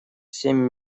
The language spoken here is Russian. семь